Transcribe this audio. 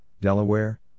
Delaware